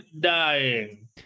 dying